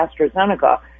AstraZeneca